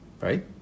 Right